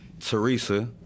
Teresa